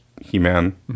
He-Man